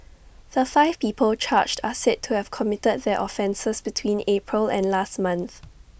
the five people charged are said to have committed their offences between April and last month